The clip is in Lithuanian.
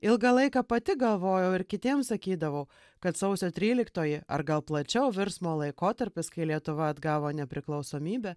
ilgą laiką pati galvojau ir kitiem sakydavau kad sausio tryliktoji ar gal plačiau virsmo laikotarpis kai lietuva atgavo nepriklausomybę